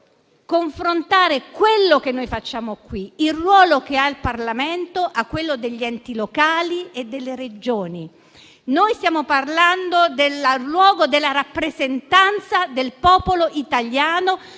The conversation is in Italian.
confrontare quello che noi facciamo qui, il ruolo che ha il Parlamento, con quello degli enti locali e delle Regioni. Noi stiamo parlando del luogo della rappresentanza del popolo italiano,